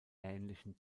ähnlichen